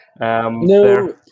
no